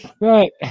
right